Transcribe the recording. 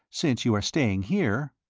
since you are staying here.